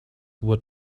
were